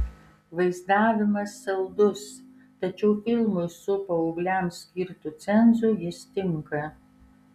vaizdavimas saldus tačiau filmui su paaugliams skirtu cenzu jis tinka